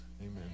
Amen